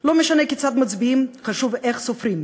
לא משנה כיצד מצביעים, חשוב איך סופרים.